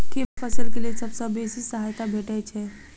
केँ फसल केँ लेल सबसँ बेसी सहायता भेटय छै?